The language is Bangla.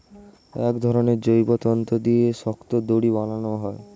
এক ধরনের জৈব তন্তু দিয়ে শক্ত দড়ি বানানো হয়